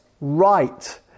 right